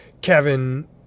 Kevin